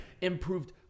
Improved